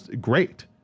great